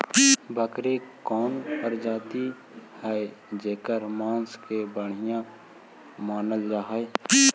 बकरी के कौन प्रजाति हई जेकर मांस के बढ़िया मानल जा हई?